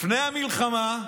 לפני המלחמה,